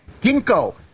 Ginkgo